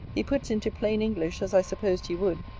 he puts into plain english, as i supposed he would,